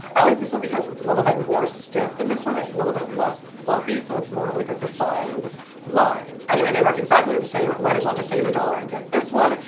i like this one because it's a little bit more stiff than this one, it's a little bit less floppy so it's more of like a defined line. anyway, they work exactly the same, might as well just save a dollar and get this one,